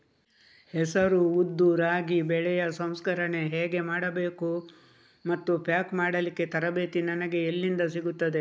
ಹೆಸರು, ಉದ್ದು, ರಾಗಿ ಬೆಳೆಯ ಸಂಸ್ಕರಣೆ ಹೇಗೆ ಮಾಡಬೇಕು ಮತ್ತು ಪ್ಯಾಕ್ ಮಾಡಲಿಕ್ಕೆ ತರಬೇತಿ ನನಗೆ ಎಲ್ಲಿಂದ ಸಿಗುತ್ತದೆ?